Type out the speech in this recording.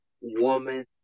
woman